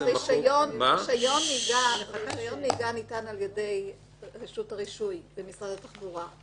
רישיון נהיגה ניתן על ידי רשות הרישוי במשרד התחבורה.